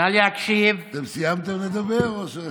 אתם סיימתם לדבר?